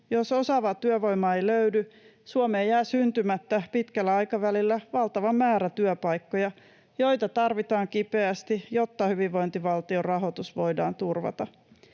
Jos osaavaa työvoimaa ei löydy, Suomeen jää syntymättä pitkällä aikavälillä valtava määrä työpaikkoja, joita tarvitaan kipeästi, jotta hyvinvointivaltion rahoitus voidaan turvata.